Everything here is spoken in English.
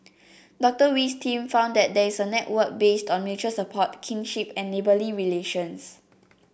Docter Wee's team found that there is a network based on mutual support kinship and neighbourly relations